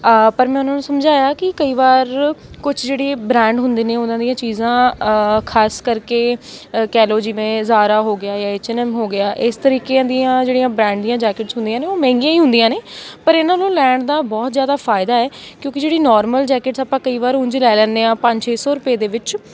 ਪਰ ਮੈਂ ਉਹਨਾਂ ਨੂੰ ਸਮਝਾਇਆ ਕਿ ਕਈ ਵਾਰ ਕੁਛ ਜਿਹੜੇ ਬ੍ਰਾਂਡ ਹੁੰਦੇ ਨੇ ਉਹਨਾਂ ਦੀਆਂ ਚੀਜ਼ਾਂ ਖਾਸ ਕਰਕੇ ਕਹਿ ਲਉ ਜਿਵੇਂ ਜ਼ਾਰਾ ਹੋ ਗਿਆ ਜਾਂ ਐਚ ਐਨ ਐਮ ਹੋ ਗਿਆ ਇਸ ਤਰੀਕੇ ਦੀਆਂ ਜਿਹੜੀਆਂ ਬਰਾਂਡ ਦੀਆਂ ਜੈਕਟਿਸ ਹੁੰਦੀਆਂ ਨੇ ਉਹ ਮਹਿੰਗੀਆਂ ਹੀ ਹੁੰਦੀਆਂ ਨੇ ਪਰ ਇਹਨਾਂ ਨੂੰ ਲੈਣ ਦਾ ਬਹੁਤ ਜ਼ਿਆਦਾ ਫਾਇਦਾ ਹੈ ਕਿਉਂਕਿ ਜਿਹੜੀ ਨੋਰਮਲ ਜੈਕਿਟਸ ਆਪਾਂ ਕਈ ਵਾਰ ਉਂਝ ਲੈ ਲੈਂਦੇ ਹਾਂ ਪੰਜ ਛੇ ਸੌ ਰੁਪਏ ਦੇ ਵਿੱਚ